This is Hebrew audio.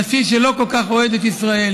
נשיא שלא כל כך אוהב את ישראל.